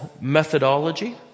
methodology